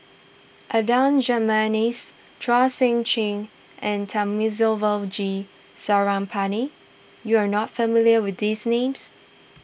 Adan Jimenez Chua Sian Chin and Thamizhavel G Sarangapani you are not familiar with these names